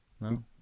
No